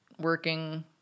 working